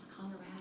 Colorado